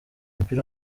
mupira